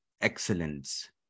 excellence